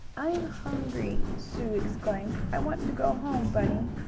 i'm hungry! sue exclaimed. i want to go home, bunny!